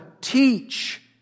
teach